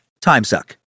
timesuck